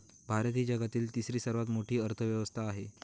भारत ही जगातील तिसरी सर्वात मोठी अर्थव्यवस्था आहे